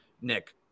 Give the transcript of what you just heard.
Nick